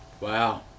Wow